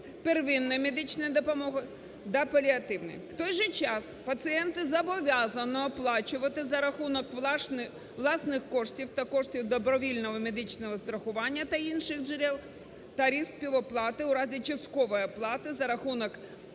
первинної медичної допомоги та паліативної. В той же час пацієнти зобов'язані оплачувати за рахунок власних коштів та коштів добровільного медичного страхування та інших джерел та …….. оплати у разі часткової оплати за рахунок